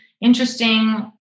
interesting